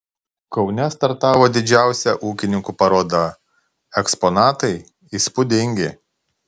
kaune startavo didžiausia ūkininkų paroda eksponatai įspūdingi